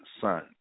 son